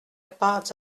pas